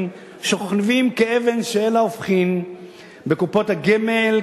שוכבים כאבן שאין לה הופכין בקופות הגמל,